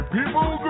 People